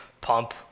pump